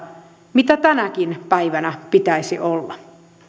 mitä tänäkin päivänä pitäisi olla